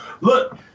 look